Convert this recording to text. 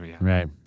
Right